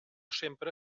sempre